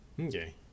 Okay